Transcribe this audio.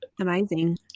amazing